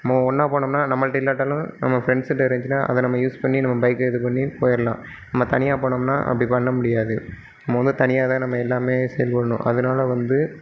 நம்ம ஒன்றா போனோம்னால் நம்மள்ட இல்லாவிட்டாலும் நம்ம ஃப்ரெண்ட்ஸுகிட்ட இருந்துச்சின்னால் அதை நம்ம யூஸ் பண்ணி நம்ம பைக்கை இது பண்ணி போயிடலாம் நம்ம தனியாக போனோம்னால் அப்படி பண்ண முடியாது நம்ம வந்து தனியாக தான் நம்ம எல்லாமே சரி பண்ணணும் அதனால் வந்து